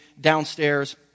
Downstairs